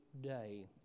day